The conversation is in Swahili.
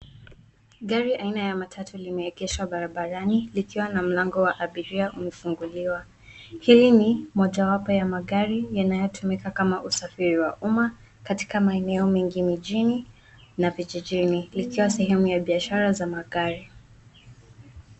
Gari aina ya matatu limeegeshwa barabarani likiwa na mlango wa abiria umefunguliwa. Hili ni mojawapo ya magari yanayotumika kama usafiri wa umma katika maeneo mengi mijini na vijijini , likiwa sehemu ya biashara za magari.